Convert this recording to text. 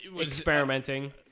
experimenting